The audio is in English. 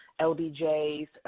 LBJ's